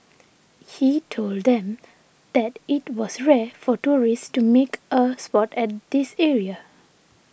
he told them that it was rare for tourists to make a sport at this area